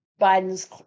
Biden's